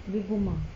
abeh boom ah